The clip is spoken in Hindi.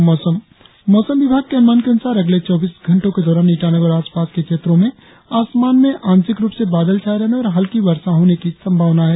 और अब मौसम मौसम विभाग के अनुमान के अनुसार अगले चौबीस घंटो के दौरान ईटानगर और आसपास के क्षेत्रो में आसमान में आंशिक रुप से बादल छाये रहने और हल्की वर्षा होने की संभावना है